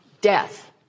death